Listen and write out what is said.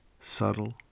subtle